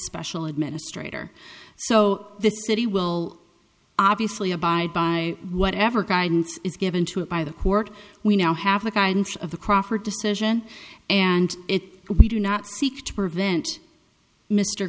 special administrator so the city will obviously abide by whatever guidance is given to it by the court we now have the guidance of the crawford decision and it we do not seek to prevent mr